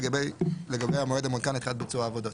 לגבי המועד המעודכן לקראת ביצוע העבודות.